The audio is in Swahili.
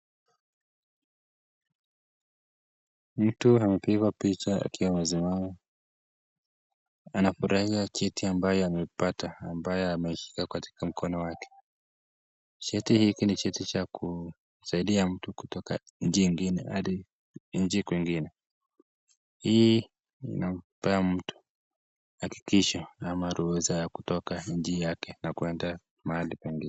Mtu amepigwa picha akiwa amesimama anafurahia cheti amayo amepata ambaye amesahika katika mkono wake, cheti hiki ni cheti cha kusaidia mtu kutoka nchi nyingine hadi nchi kwingine, hii inampa mtu hakikisho ama ruhusa ya kutoka nchi yake na kwenda mahali kwingine.